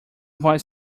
was